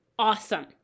awesome